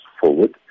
forward